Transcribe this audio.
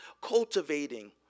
cultivating